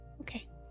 Okay